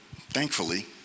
thankfully